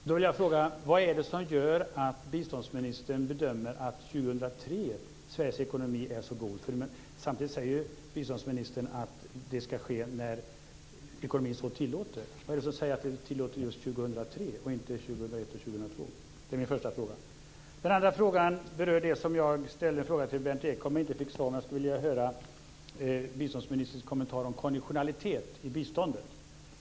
Jag vill fråga: Vad är det som gör att biståndsministern bedömer att Sveriges ekonomi 2003 är så god? Samtidigt säger ju biståndsministern att det ska ske när ekonomin så tillåter. Vad är det som säger att den tillåter just 2003 och inte 2001 och 2002? Det är min första fråga. Den andra frågan berör det som jag ställde en fråga till Berndt Ekholm om och inte fick svar på. Men jag skulle vilja höra biståndsministerns kommentar om konditionalitet i biståndet.